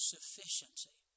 Sufficiency